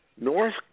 north